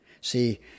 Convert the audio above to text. See